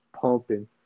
pumping